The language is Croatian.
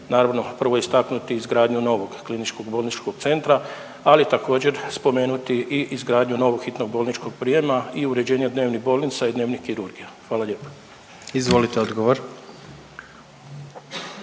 Naravno, prvo istaknuti izgradnju novog kliničkog bolničkog centra, ali također spomenuti i izgradnju novog hitnog bolničkog prijema i uređenje dnevnih bolnica i dnevnih kirurgija. Hvala lijepo. **Jandroković,